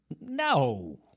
No